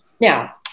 Now